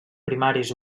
primaris